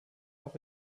auch